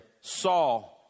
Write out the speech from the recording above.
saul